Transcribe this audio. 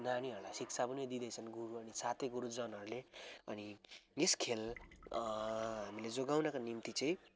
नानीहरूलाई शिक्षा पनि दिँदैछन् गुरु अनि साथै गुरुजनहरूले अनि यस खेल हामीले जोगाउनका निम्ति चाहिँ